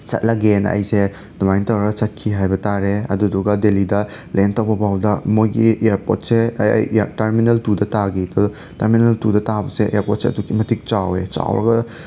ꯆꯠꯂꯒꯦꯅ ꯑꯩꯁꯦ ꯑꯗꯨꯃꯥꯏꯅ ꯇꯧꯔꯒ ꯆꯠꯈꯤ ꯍꯥꯏꯕ ꯇꯥꯔꯦ ꯑꯗꯨꯗꯨꯒ ꯗꯦꯂꯤꯗ ꯂꯦꯟ ꯇꯧꯕ ꯐꯥꯎꯗ ꯃꯣꯏꯒꯤ ꯏꯌꯔꯄꯣꯠꯁꯦ ꯇꯔꯃꯤꯅꯦꯜ ꯇꯨꯗ ꯇꯥꯈꯤꯕ ꯇꯔꯃꯤꯅꯦꯜ ꯇꯨꯗ ꯇꯥꯕꯁꯦ ꯏꯌꯔꯄꯣꯔꯠꯁꯦ ꯑꯗꯨꯛꯀꯤ ꯃꯇꯤꯛ ꯆꯥꯎꯋꯦ ꯆꯥꯎꯔꯒ